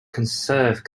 conserve